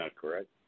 correct